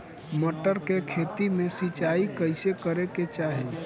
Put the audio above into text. मटर के खेती मे सिचाई कइसे करे के चाही?